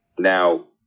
Now